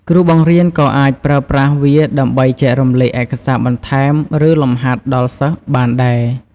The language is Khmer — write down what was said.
គ្រូបង្រៀនក៏អាចប្រើប្រាស់វាដើម្បីចែករំលែកឯកសារបន្ថែម ឬលំហាត់ដល់សិស្សបានដែរ។